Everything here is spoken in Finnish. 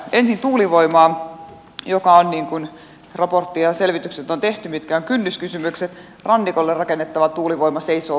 ensin tuulivoimaa joka on niin kuin raporttia selvitykset on tehty mitään kynnyskysymykset rannikolle rakennettava tuulivoima seisoo